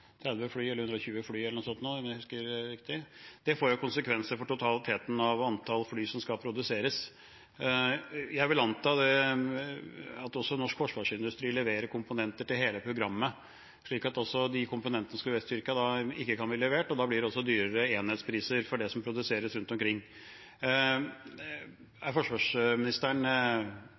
eller 130 fly, om jeg husker riktig. Det får jo konsekvenser for totaliteten av antall fly som skal produseres. Jeg vil anta at også norsk forsvarsindustri leverer komponenter til hele programmet, slik at de komponentene som skulle leveres til Tyrkia, ikke kan bli levert, og da blir det også dyrere enhetspriser for det som produseres rundt omkring. Kan forsvarsministeren